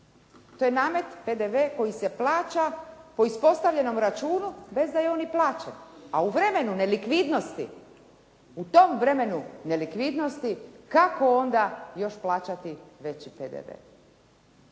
To je namet PDV koji se plaća po ispostavljenom računu bez da je on i plaćen a u vremenu nelikvidnosti, u tom vremenu nelikvidnosti kako onda još plaćati veći PDV.